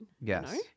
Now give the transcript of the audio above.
Yes